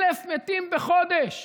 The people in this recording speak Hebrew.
1,000 מתים בחודש,